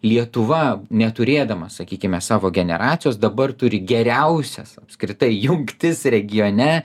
lietuva neturėdama sakykime savo generacijos dabar turi geriausias apskritai jungtis regione